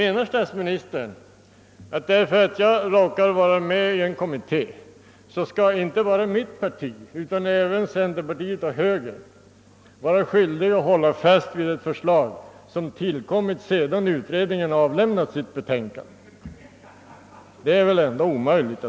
Anser statsministern att därför att jag råkar vara med i en kommitté skall inte bara mitt parti utan även centerpartiet och högern vara skyldiga att hålla fast vid ett förslag som tillkommit sedan utredningen avlämnat sitt betänkande? Det är väl ändå orimligt.